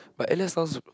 but Eliot sounds